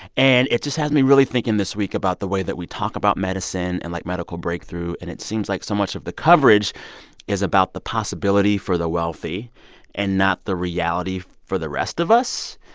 and it just has me really thinking this week about the way that we talk about medicine and, like, medical breakthrough. and it seems like so much of the coverage is about the possibility for the wealthy and not the reality for the rest of us.